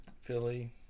Philly